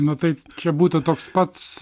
na taip čia būtų toks pats